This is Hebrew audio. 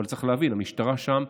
אבל צריך להבין שהמשטרה שם,